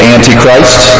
Antichrist